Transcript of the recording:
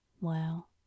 Well